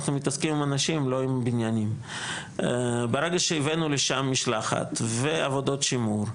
ברגע שהבאנו לשם משלחת, ועבודות שימור,